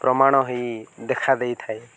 ପ୍ରମାଣ ହେଇ ଦେଖା ଦେଇଥାଏ